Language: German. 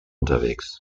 unterwegs